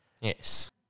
yes